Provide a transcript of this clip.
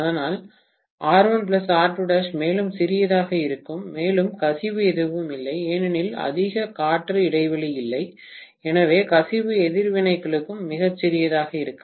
அதனால் மேலும் சிறியதாக இருக்கும் மேலும் கசிவு எதுவும் இல்லை ஏனெனில் அதிக காற்று இடைவெளி இல்லை எனவே கசிவு எதிர்வினைகளும் மிகச் சிறியதாக இருக்கும்